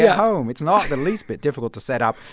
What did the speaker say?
yeah home. it's not the least bit difficult to set up.